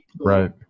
Right